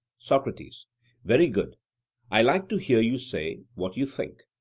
socrates very good i like to hear you say what you think.